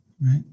right